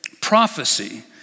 prophecy